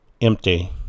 empty